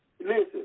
Listen